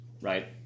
right